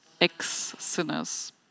ex-sinners